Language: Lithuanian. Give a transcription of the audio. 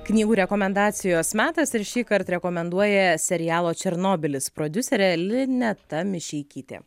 knygų rekomendacijos metas ir šįkart rekomenduoja serialo černobylis prodiuserė lineta mišeikytė